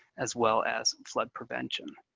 as well as and flood prevention.